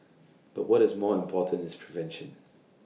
but what is more important is prevention